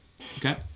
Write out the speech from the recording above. okay